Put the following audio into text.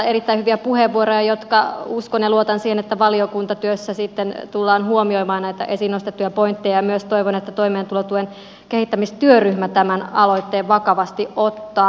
erittäin hyviä puheenvuoroja ja uskon ja luotan siihen että valiokuntatyössä sitten tullaan huomioimaan näitä esiin nostettuja pointteja ja myös toivon että toimeentulotuen kehittämistyöryhmä tämän aloitteen vakavasti ottaa